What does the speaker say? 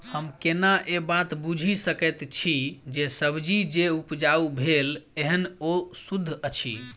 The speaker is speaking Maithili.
हम केना ए बात बुझी सकैत छी जे सब्जी जे उपजाउ भेल एहन ओ सुद्ध अछि?